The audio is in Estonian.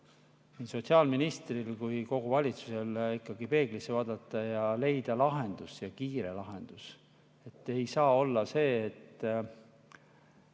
nii sotsiaalministril kui ka kogu valitsusel ikkagi peeglisse vaadata ning leida lahendus, ja kiire lahendus. Ei saa olla, et